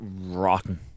Rotten